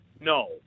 No